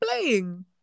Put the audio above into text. Playing